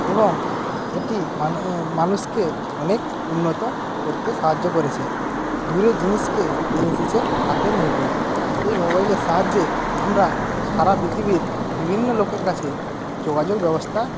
এবং এটি মানুষকে অনেক উন্নত করতে সাহায্য করেছে দূরের জিনিসকে নিয়ে এসেছে হাতের মুঠোয় এই মোবাইলের সাহায্যে আমরা সারা পৃথিবীর বিভিন্ন লোকের কাছে যোগাযোগ ব্যবস্থা